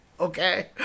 Okay